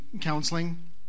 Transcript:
counseling